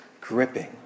gripping